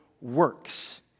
works